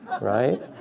right